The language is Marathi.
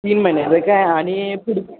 तीन महिन्याचं काय आणि पुढं